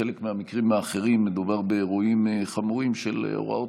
בחלק מהמקרים האחרים מדובר באירועים חמורים של הוראות